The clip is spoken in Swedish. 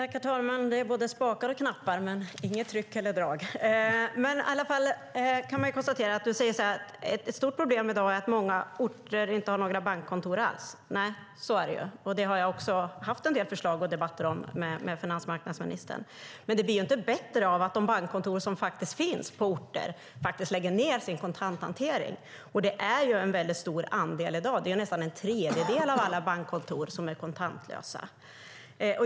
Herr talman! Det är både spakar och knappar men inget tryck eller drag! Man kan i alla fall konstatera, som du säger, att ett stort problem är att många orter inte har några bankkontor alls. Ja, så är det ju. Jag har haft en del förslag på och debatter om detta med finansmarknadsministern. Men det blir inte bättre av att de bankkontor som faktiskt finns lägger ned sin kontanthantering. Det är en väldigt stor andel i dag som har gjort det. Nästan en tredjedel av alla bankkontor är kontantlösa.